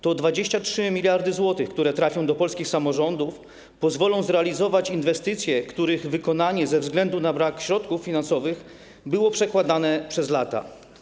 Te 23 mld zł, które trafią do polskich samorządów, pozwolą zrealizować inwestycje, których wykonanie ze względu na brak środków finansowych było przekładane przez lata.